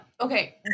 Okay